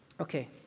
Okay